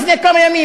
לפני כמה ימים,